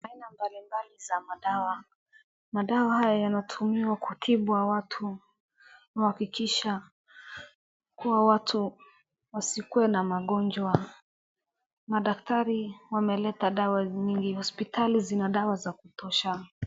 Aina mbalimbali za madawa. Madawa haya yanatumiwa kutibu watu kuhakikisha kuwa watu wasikuwe na magonjwa. Madaktari wameleta dawa nyingi, hospitali zina dawa za kutosha.